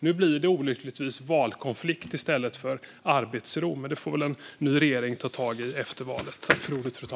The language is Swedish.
Nu blir det olyckligtvis valkonflikt i stället för arbetsro, men det får väl en ny regering ta tag i efter valet.